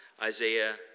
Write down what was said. Isaiah